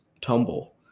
tumble